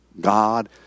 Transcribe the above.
God